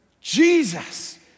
Jesus